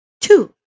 Two